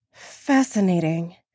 Fascinating